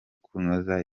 kunoza